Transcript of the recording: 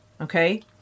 okay